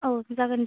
औ जागोन दे